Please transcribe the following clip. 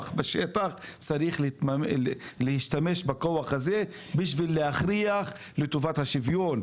בשטח צריך להשתמש בכוח הזה בשביל להכריח לטובת השוויון,